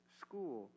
school